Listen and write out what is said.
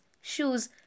shoes